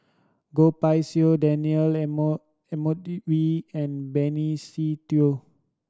Goh Pei Siong Daniel Edmund Wee and Benny Se Teo